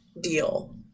deal